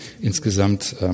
insgesamt